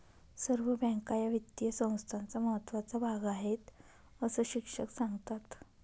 सर्व बँका या वित्तीय संस्थांचा महत्त्वाचा भाग आहेत, अस शिक्षक सांगतात